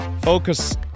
focus